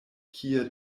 kie